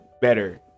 better